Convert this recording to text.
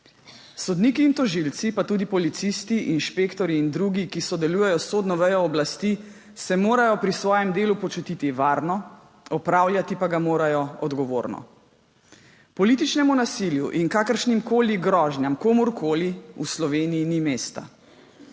Sodniki in tožilci pa tudi policisti, inšpektorji in drugi, ki sodelujejo s sodno vejo oblasti, se morajo pri svojem delu počutiti varno, opravljati pa ga morajo odgovorno. Političnemu nasilju in kakršnimkoli grožnjam – komur koli – v Sloveniji ni mesta!